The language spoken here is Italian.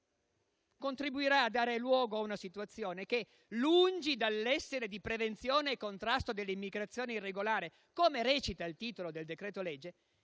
contribuirà a dare luogo a una situazione che, lungi dall'essere di prevenzione e contrasto dell'immigrazione irregolare - come recita il titolo del decreto-legge